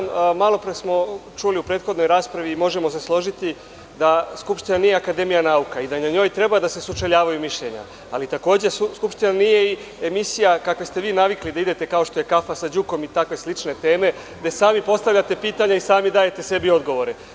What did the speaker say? Malopre smo čuli u prethodnoj raspravi i možemo se složiti da Skupština nije Akademija nauka i da na njoj treba da se sučeljavaju mišljenja, ali takođe Skupština nije emisija u koje ste vi navikli da idete, kao što je „Kafa sa Đukom“ i takve slične teme, gde sami postavljate pitanja i sami dajete sebi odgovore.